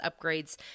upgrades